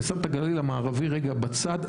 אני שם את הגליל המערבי רגע בצד,